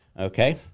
Okay